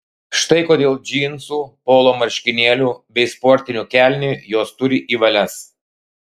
štai kodėl džinsų polo marškinėlių bei sportinių kelnių jos turi į valias